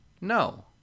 No